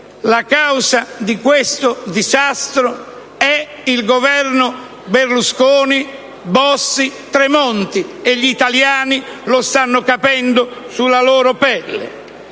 la causa di questo disastro è il Governo Berlusconi-Bossi-Tremonti, e gli italiani lo stanno capendo sulla loro pelle.